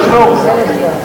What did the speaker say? שישמעו.